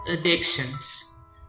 addictions